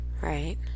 Right